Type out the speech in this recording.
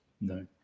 No